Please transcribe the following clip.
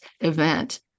event